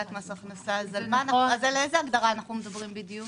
אז על איזו הגדרה אנחנו מדברים בדיוק?